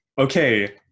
Okay